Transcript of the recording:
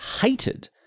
hated